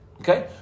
Okay